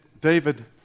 David